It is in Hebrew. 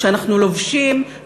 שאנחנו לובשים,